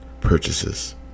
purchases